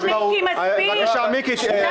דחיתי בעקבות שיחה שלי עם מיקי.